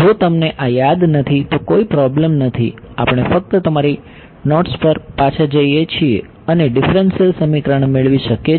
જો તમને આ યાદ નથી તો કોઈ પ્રોબ્લેમ નથી આપણે ફક્ત તમારી નોટ્સ પર પાછા જઈ શકીએ છીએ અને ડિફરન્શિયલ સમીકરણ મેળવી શકીએ છીએ